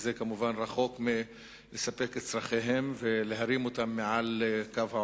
וזה כמובן רחוק מלספק את צורכיהם ולהרים אותם מעל קו העוני.